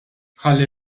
ħalli